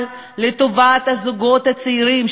אבל לטובת הזוגות הצעירים,